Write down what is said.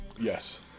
Yes